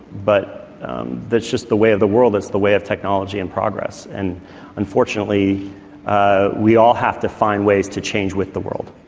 but that's just the way of the world, that's the way of technology and progress. and unfortunately we all have to find ways to change with the world.